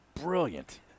brilliant